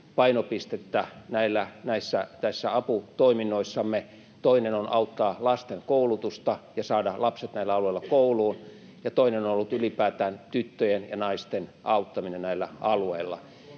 painopistettä näissä aputoiminnoissamme: toinen on auttaa lasten koulutusta ja saada lapset näillä alueilla kouluun, ja toinen on ollut ylipäätään tyttöjen ja naisten auttaminen näillä alueilla.